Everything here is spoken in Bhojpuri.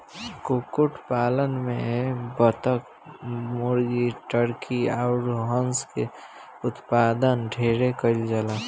कुक्कुट पालन में बतक, मुर्गी, टर्की अउर हंस के उत्पादन ढेरे कईल जाला